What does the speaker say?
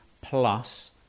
plus